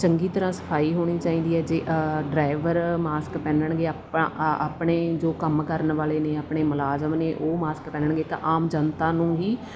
ਚੰਗੀ ਤਰ੍ਹਾਂ ਸਫਾਈ ਹੋਣੀ ਚਾਹੀਦੀ ਹੈ ਜੇ ਡਰਾਈਵਰ ਮਾਸਕ ਪਹਿਨਣਗੇ ਆਪਾਂ ਅ ਆਪਣੇ ਜੋ ਕੰਮ ਕਰਨ ਵਾਲੇ ਨੇ ਆਪਣੇ ਮੁਲਾਜ਼ਮ ਨੇ ਉਹ ਮਾਸਕ ਪਹਿਨਣਗੇ ਤਾਂ ਆਮ ਜਨਤਾ ਨੂੰ ਹੀ